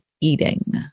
eating